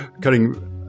cutting